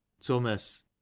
Thomas